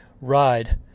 ride